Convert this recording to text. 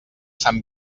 sant